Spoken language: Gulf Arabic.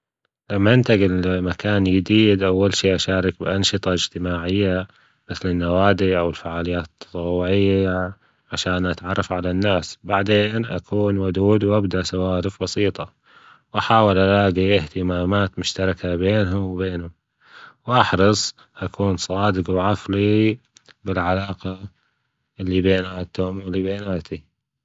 لما أنتجل لمكان جديد أول شي أشارك في أنشطة إجتماعية مثل النوادي أوالفعاليات التطوعية عشان أتعرف على الناس وبعدين أكون ودود وأبدأ سوالف بسيطة وأحاول ألاجي أهتمامات مشتركة بينهم وبينه وأحرص أكون صادق وعفوي في العلاقة اللي بينتهم وبينتي.